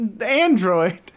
Android